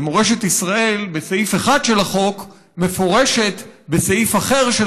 ומורשת ישראל בסעיף אחד של החוק מפורשת בסעיף אחר של